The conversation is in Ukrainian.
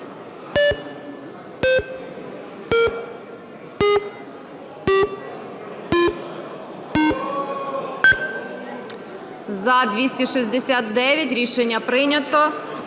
За-265 Рішення прийнято.